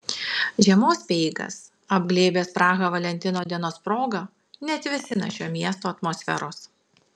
žiemos speigas apglėbęs prahą valentino dienos proga neatvėsina šio miesto atmosferos